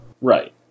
Right